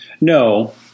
No